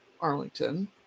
arlington